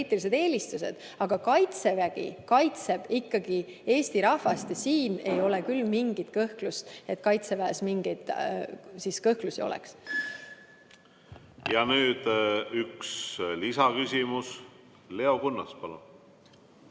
Aga Kaitsevägi kaitseb ikkagi Eesti rahvast ja siin ei ole küll mingit kõhklust, Kaitseväes mingeid kõhklusi ei ole. Nüüd üks lisaküsimus. Leo Kunnas, palun!